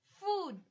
Food